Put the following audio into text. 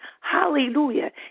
Hallelujah